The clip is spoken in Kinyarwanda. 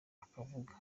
akavuga